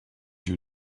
you